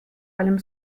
allem